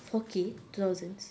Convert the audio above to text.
four K two thousands